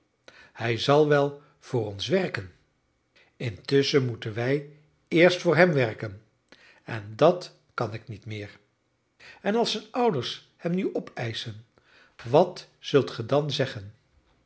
hij zal wel voor ons werken intusschen moeten wij eerst voor hem werken en dat kan ik niet meer en als zijn ouders hem nu opeischen wat zult ge dan zeggen